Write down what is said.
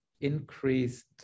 increased